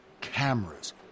cameras